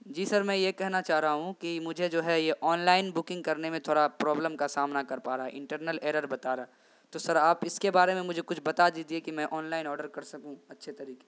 جی sir میں یہ کہنا چاہ رہا ہوں کہ مجھے جو ہے یہ آن لائن بکنگ کرنے میں تھوڑا پروبلم کا سامنا کر پا رہا ہے انٹرنل ایرر بتا رہا ہے تو سر آپ اس کے بارے میں مجھے کچھ بتا دیجیے کہ میں آن لائن آڈر کر سکوں اچھے طریقے